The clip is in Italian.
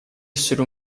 esseri